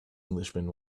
englishman